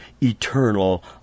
eternal